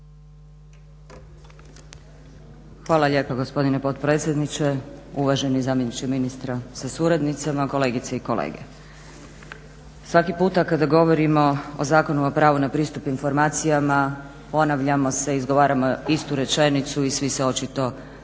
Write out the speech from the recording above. Hvala lijepa gospodine potpredsjedniče, uvaženi zamjeniče ministra sa suradnicama, kolegice i kolege. Svaki puta kada govorimo o Zakonu o pravu na pristup informacijama ponavljamo se i izgovaramo istu rečenicu i svi se očito s njom